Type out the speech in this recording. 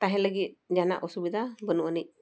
ᱛᱟᱦᱮᱸ ᱞᱟᱹᱜᱤᱫ ᱡᱟᱦᱟᱱᱟᱜ ᱚᱥᱩᱵᱤᱫᱷᱟ ᱵᱟᱹᱱᱩᱜ ᱟᱹᱱᱤᱡ